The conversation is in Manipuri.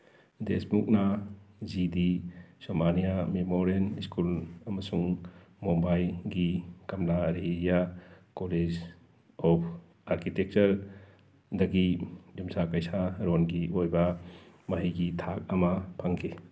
ꯗꯦꯁꯃꯨꯛꯅ G D Somaiya memorial school ꯑꯃꯁꯨꯡ ꯃꯨꯝꯕꯥꯏꯒꯤ ꯀꯝꯂꯥꯔꯤꯌꯥ ꯀꯣꯂꯦꯖ ꯑꯣꯐ ꯑꯔꯀꯤꯇꯦꯛꯆꯔꯗꯒꯤ ꯌꯨꯝꯁꯥ ꯀꯩꯁꯥꯔꯣꯜꯒꯤ ꯑꯣꯏꯕ ꯃꯍꯩꯒꯤ ꯊꯥꯛ ꯑꯃ ꯐꯪꯈꯤ